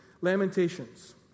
Lamentations